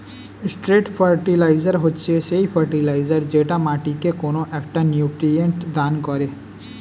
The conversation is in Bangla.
স্ট্রেট ফার্টিলাইজার হচ্ছে সেই ফার্টিলাইজার যেটা মাটিকে কোনো একটা নিউট্রিয়েন্ট দান করে